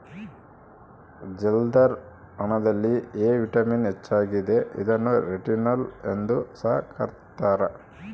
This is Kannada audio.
ಜಲ್ದರ್ ಹಣ್ಣುದಲ್ಲಿ ಎ ವಿಟಮಿನ್ ಹೆಚ್ಚಾಗಿದೆ ಇದನ್ನು ರೆಟಿನೋಲ್ ಎಂದು ಸಹ ಕರ್ತ್ಯರ